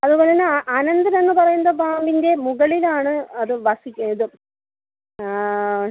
അതുപോലതന്നെ അനന്തനെന്നു പറയുന്ന പാമ്പിൻ്റെ മുകളിലാണ് അത് ഇത്